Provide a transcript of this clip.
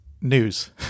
news